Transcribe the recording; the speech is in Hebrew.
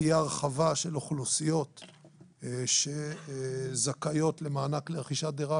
תהיה הרחבה של אוכלוסיות שזכאיות למענק לרכישת דירה,